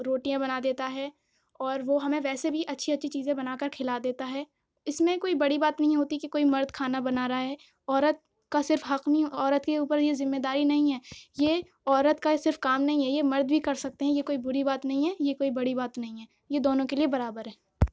روٹیاں بنا دیتا ہے اور وہ ہمیں ویسے بھی اچھی اچھی چیزیں بنا کر کھلا دیتا ہے اس میں کوئی بڑی بات نہیں ہوتی کہ کوئی مرد کھانا بنا رہا ہے عورت کا صرف حق نہیں عورت کے اوپر یہ ذمہ داری نہیں ہے یہ عورت کا ہی صرف کام نہیں ہے یہ مرد بھی کر سکتے ہیں یہ کوئی بری بات نہیں ہے یہ کوئی بڑی بات نہیں ہے یہ دونوں کے لیے برابر ہے